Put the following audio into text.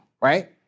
right